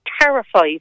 terrified